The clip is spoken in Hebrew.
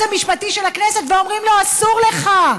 המשפטי של הכנסת ואומרים לו: אסור לך.